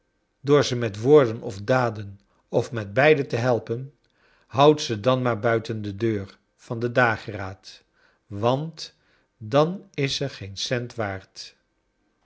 door ze met woorden of daden of met beide te helpen houd ze dan maar buiten de deur van de dageraad want dan is ze geen cent waard